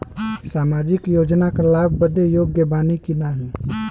सामाजिक योजना क लाभ बदे योग्य बानी की नाही?